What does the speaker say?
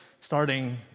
starting